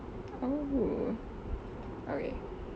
oh alright